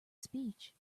speech